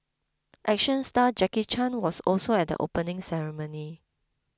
action star Jackie Chan was also at the opening ceremony